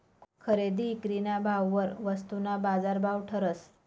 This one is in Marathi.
खरेदी ईक्रीना भाववर वस्तूना बाजारभाव ठरस